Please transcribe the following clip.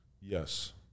Yes